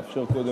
אתה מאפשר קודם,